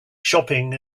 shopping